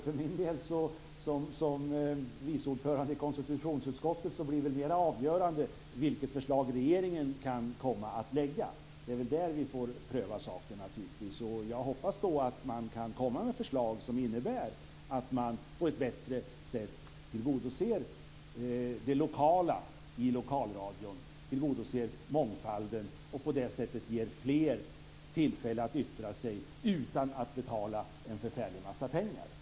För min del, som vice ordförande i konstitutionsutskottet, blir det väl mer avgörande vilket förslag regeringen kan komma att lägga fram. Det blir i det sammanhanget vi får pröva saken, naturligtvis. Jag hoppas att man kan komma med förslag som innebär att det lokala i lokalradion på ett bättre sätt tillgodoses, att man tillgodoser mångfalden och på det sättet ger fler tillfälle att yttra sig utan att betala en förfärlig massa pengar.